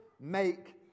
make